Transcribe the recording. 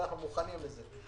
אנחנו מוכנים לזה.